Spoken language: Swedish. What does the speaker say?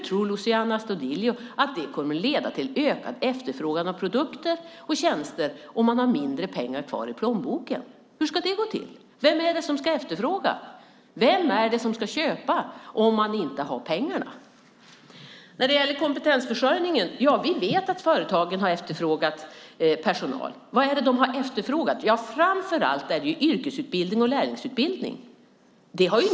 Tror Luciano Astudillo att det kommer att leda till ökad efterfrågan av produkter och tjänster om man har mindre pengar kvar i plånboken? Hur ska det gå till? Vem är det som ska efterfråga? Vem är det som ska köpa om man inte har pengarna? När det gäller kompetensförsörjningen vet vi att företagen har efterfrågat personal. Vad är det som de har efterfrågat? Framför allt har de efterfrågat yrkesutbildning och lärlingsutbildning.